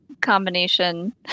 combination